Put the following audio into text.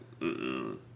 mm-mm